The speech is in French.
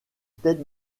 tête